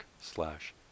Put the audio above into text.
slash